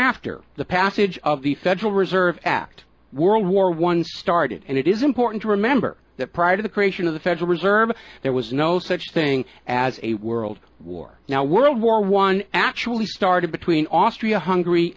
after the passage of the federal reserve act world war one started and it is important to remember that prior to the creation of the federal reserve there was no such thing as a world war now world war one actually started between austria hungary